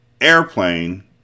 airplane